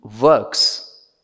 works